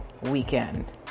weekend